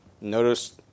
Notice